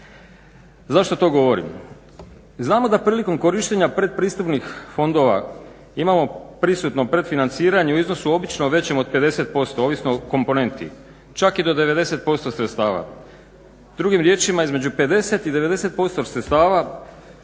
Zašto to govorim? Znamo da prilikom korištenja pretpristupnih fondova imamo prisutno predfinanciranje u iznosu obično većem od 50%, ovisno o komponenti, čak i do 90% sredstava. Drugim riječima između 50 i 90% sredstava